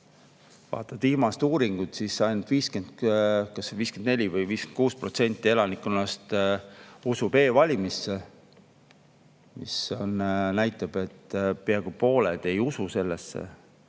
vaadata viimast uuringut, siis ainult 54% või 56% elanikkonnast usub e-valimistesse, mis näitab seda, et peaaegu pooled ei usu nendesse.